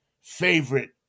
favorite